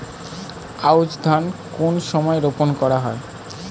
আউশ ধান কোন সময়ে রোপন করা হয়?